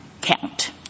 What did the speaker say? count